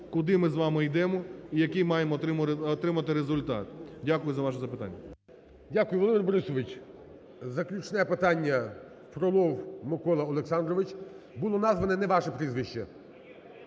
куди ми з вами йдемо і який маємо отримати результат. Дякую за ваше запитання. ГОЛОВУЮЧИЙ. Дякую, Володимир Борисович. Заключне питання. Фролов Микола Олександрович. Було назване не ваше прізвище.